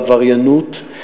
בעבריינות,